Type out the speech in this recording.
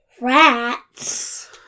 rats